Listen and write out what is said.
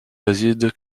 réside